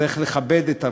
צריך לכבד את הרשות,